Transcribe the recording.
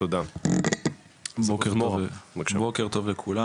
בוקר טוב לכולם.